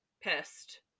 pissed